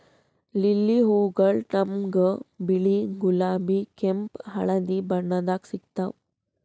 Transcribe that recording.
lily ಹೂವಗೊಳ್ ನಮ್ಗ್ ಬಿಳಿ, ಗುಲಾಬಿ, ಕೆಂಪ್, ಹಳದಿ ಬಣ್ಣದಾಗ್ ಸಿಗ್ತಾವ್